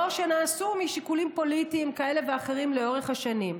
או שנעשו משיקולים פוליטיים כאלה ואחרים לאורך השנים.